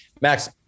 Max